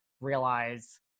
realize